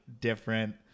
different